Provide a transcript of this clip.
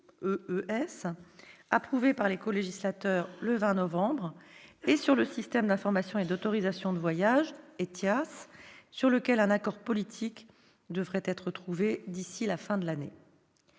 approuvé par les colégislateurs le 20 novembre, et sur le système européen d'information et d'autorisation concernant les voyages, ou ETIAS, sur lequel un accord politique devrait être trouvé d'ici à la fin de l'année.